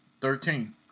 Thirteen